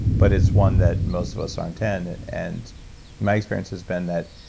but it's one that most of us aren't in and my experience has been that,